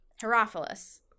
Herophilus